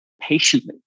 patiently